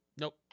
nope